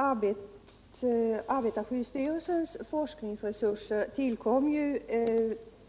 Herr talman! Arbetarskyddsstyrelsens forskningsresurser tillkom i och